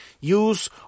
Use